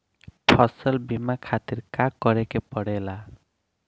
फसल बीमा खातिर का करे के पड़ेला?